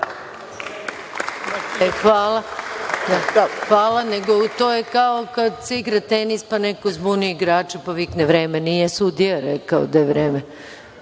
Hvala. To je kao kad se igra tenis pa neko zbuni igrače pa vikne - vreme, nije sudija rekao da je vreme.